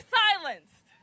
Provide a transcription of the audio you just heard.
silenced